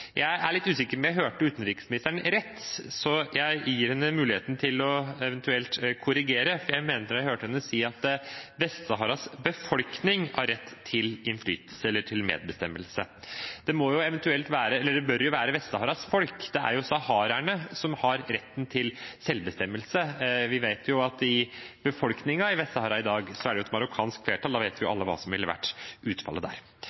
Jeg er litt usikker på om jeg hørte utenriksministeren rett, så jeg gir henne muligheten til eventuelt å korrigere. Jeg mener jeg hørte henne si at Vest-Saharas befolkning har rett til innflytelse eller til medbestemmelse. Det bør jo være Vest-Saharas folk, det er de som har retten til selvbestemmelse. Vi vet at i befolkningen i Vest-Sahara er det i dag et marokkansk flertall. Da vet vi jo alle hva som ville vært utfallet der.